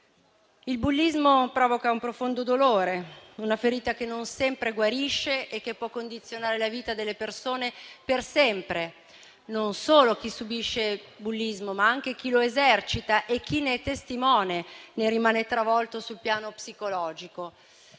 Il bullismo provoca un profondo dolore, una ferita che non sempre guarisce e che può condizionare la vita delle persone per sempre. Non solo chi subisce bullismo, ma anche chi lo esercita e chi ne è testimone ne rimane travolto sul piano psicologico.